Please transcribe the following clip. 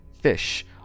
fish